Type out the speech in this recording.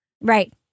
Right